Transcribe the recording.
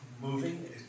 moving